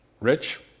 Rich